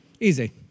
Easy